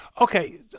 Okay